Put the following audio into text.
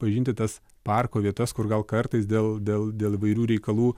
pažinti tas parko vietas kur gal kartais dėl dėl dėl įvairių reikalų